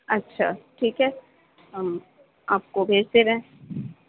اچھا ٹھیک ہے ہم آپ کو بھیج دے رہے ہیں